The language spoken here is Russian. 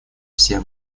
все